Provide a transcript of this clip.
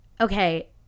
okay